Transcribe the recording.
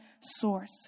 source